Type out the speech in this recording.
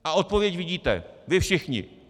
A odpověď vidíte vy všichni.